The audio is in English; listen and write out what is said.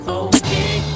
okay